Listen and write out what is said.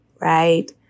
right